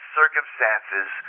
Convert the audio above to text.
circumstances